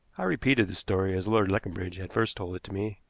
i repeated the story as lord leconbridge had first told it to me,